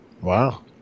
Wow